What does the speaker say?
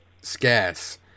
scarce